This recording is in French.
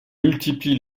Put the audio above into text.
multiplie